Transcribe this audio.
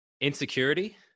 Insecurity